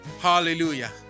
Hallelujah